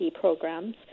programs